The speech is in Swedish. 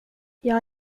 jag